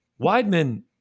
Weidman